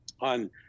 on